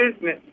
business